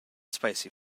spicy